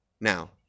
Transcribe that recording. Now